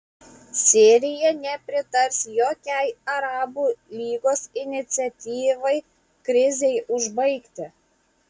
sirija nepritars jokiai arabų lygos iniciatyvai krizei užbaigti